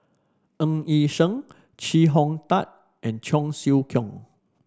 Ng Yi Sheng Chee Hong Tat and Cheong Siew Keong